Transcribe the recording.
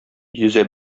йөзә